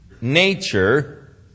nature